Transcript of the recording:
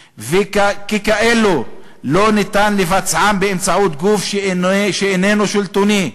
וככאלו לא ניתן לבצעם באמצעות גוף שאיננו שלטוני,